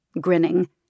grinning